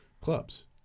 clubs